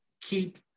keep